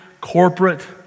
corporate